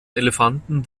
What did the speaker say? elefanten